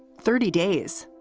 thirty days.